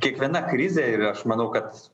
kiekviena krizė ir aš manau kad